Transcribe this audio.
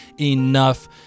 enough